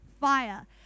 fire